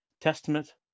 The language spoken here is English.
Testament